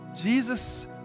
Jesus